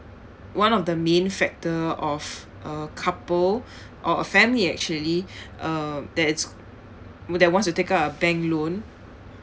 one of the main factor of uh couple or a family actually um that is that wants to take up a bank loan